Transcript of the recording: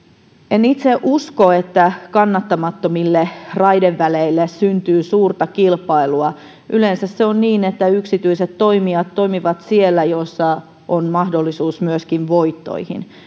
en itse usko että kannattamattomille raideväleille syntyy suurta kilpailua yleensä se on niin että yksityiset toimijat toimivat siellä missä on mahdollisuus myöskin voittoihin